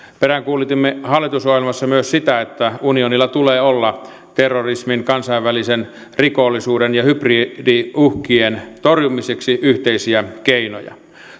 peräänkuulutimme hallitusohjelmassa myös sitä että unionilla tulee olla terrorismin kansainvälisen rikollisuuden ja hybridiuhkien torjumiseksi yhteisiä keinoja